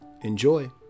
Enjoy